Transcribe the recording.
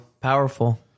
Powerful